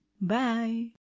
Bye